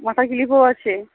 মাথার ক্লিপও আছে